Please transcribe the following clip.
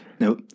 No